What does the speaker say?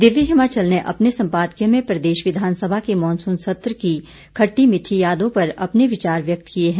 दिव्य हिमाचल ने अपने संपादकीय में प्रदेश विधानसभा के मानसून सत्र की खट्टी मीठी यादों पर अपने विचार व्यक्त किए है